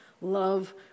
Love